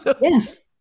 Yes